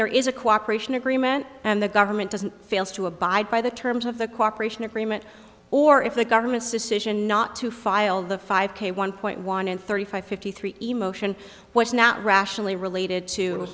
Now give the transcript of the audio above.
there is a cooperation agreement and the government doesn't fails to abide by the terms of the cooperation agreement or if the government's decision not to file the five k one point one and thirty five fifty three emotion was not rationally